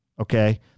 Okay